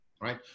right